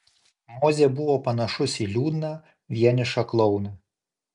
mozė buvo panašus į liūdną vienišą klouną